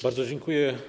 Bardzo dziękuję.